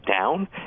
down